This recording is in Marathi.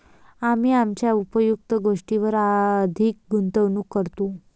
आम्ही आमच्या उपयुक्त गोष्टींवर अधिक गुंतवणूक करतो